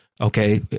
okay